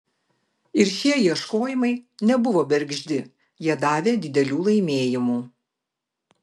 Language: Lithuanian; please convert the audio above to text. ir šie ieškojimai nebuvo bergždi jie davė didelių laimėjimų